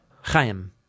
Chaim